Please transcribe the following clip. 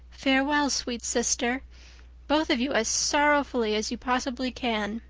farewell, sweet sister both of you as sorrowfully as you possibly can.